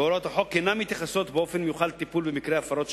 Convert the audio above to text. והוראות החוק אינן מתייחסות באופן מיוחד לטיפול במקרי הפרות שכאלה.